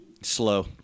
Slow